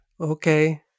Okay